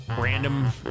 Random